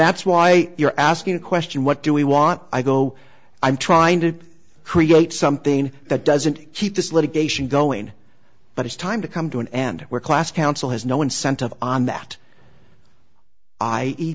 that's why you're asking the question what do we want i go i'm trying to create something that doesn't keep this litigation going but it's time to come to an end where class council has no incentive on that i eat